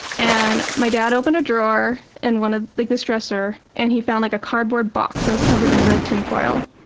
and my dad opened a drawer and in ah like this dresser and he found like a cardboard box that was covered in red tin foil.